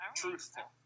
truthful